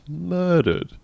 murdered